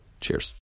Cheers